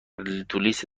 لیست